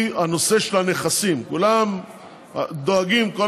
היא הנושא של הנכסים: כולם דואגים כל